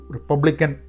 Republican